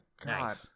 god